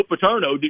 Paterno